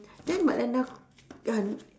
then but then now uh